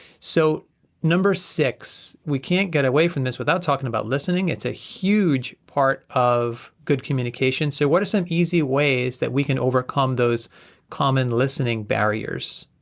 so number six, we can't get away from this, without talking about listening. it's a huge part of good communication, so what is an easy ways that we can overcome those common listening barriers?